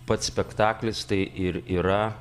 pats spektaklis tai ir yra